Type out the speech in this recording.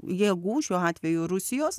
jėgų šiuo atveju rusijos